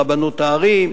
ברבנות הערים,